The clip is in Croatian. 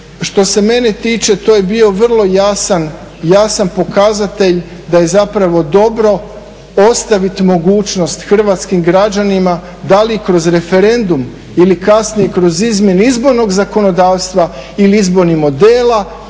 što se mene tiče to je bio vrlo jasan pokazatelj da je zapravo dobro ostavit mogućost hrvatskim građanima, da li kroz referendum ili kasnije kroz izmjene izbornog zakonodavstva ili izbornih modela